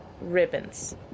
ribbons